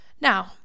Now